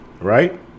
Right